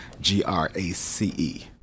G-R-A-C-E